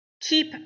keep